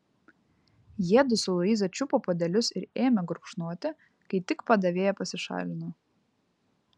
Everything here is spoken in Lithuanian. jiedu su luiza čiupo puodelius ir ėmė gurkšnoti kai tik padavėja pasišalino